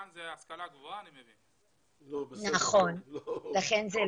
סגן השר לבטחון הפנים דסטה גדי